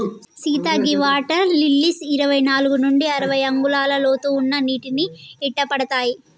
సీత గీ water lilies ఇరవై నాలుగు నుండి అరవై అంగుళాల లోతు ఉన్న నీటిని ఇట్టపడతాయి